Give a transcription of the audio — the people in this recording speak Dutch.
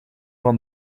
van